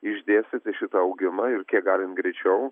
išdėstyti šitą augimą ir kiek galint greičiau